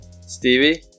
Stevie